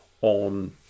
on